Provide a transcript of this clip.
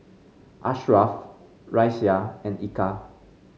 Ashraf Raisya and Eka